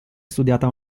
studiata